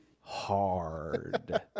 hard